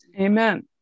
Amen